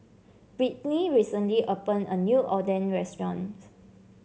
Britney recently opened a new Oden restaurants